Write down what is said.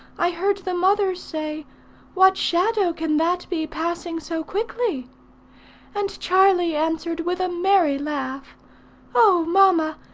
i heard the mother say what shadow can that be, passing so quickly and charlie answered with a merry laugh oh! mamma,